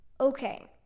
Okay